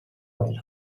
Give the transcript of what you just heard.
while